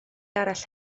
arall